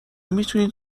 میتونین